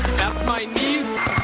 that's my niece.